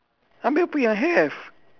abeh apa yang have